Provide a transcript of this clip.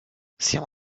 siamo